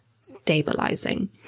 stabilizing